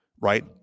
Right